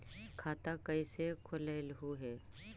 खाता कैसे खोलैलहू हे?